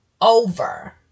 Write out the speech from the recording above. over